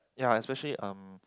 ya especially um